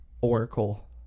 Oracle